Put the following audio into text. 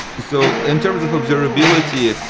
so, in terms of observability,